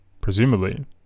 presumably